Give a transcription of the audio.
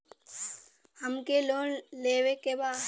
हमके लोन लेवे के बा?